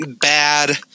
bad